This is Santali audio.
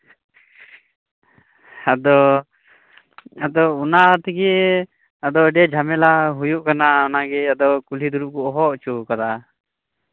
ᱟᱫᱚ ᱟᱫᱚ ᱚᱱᱟᱛᱮᱜᱮ ᱟᱹᱰᱤ ᱟᱸᱴ ᱡᱷᱟᱢᱮᱞᱟ ᱦᱩᱭᱩᱜ ᱠᱟᱱᱟ ᱟᱫᱚ ᱠᱩᱞᱦᱤ ᱫᱩᱲᱩᱵ ᱠᱚ ᱦᱚᱦᱚ ᱚᱪᱩ ᱠᱟᱫᱟ